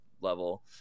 level